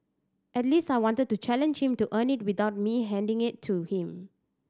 at least I wanted to challenge to earn it without me handing it to him